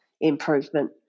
improvement